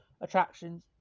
attractions